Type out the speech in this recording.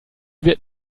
wird